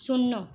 শূন্য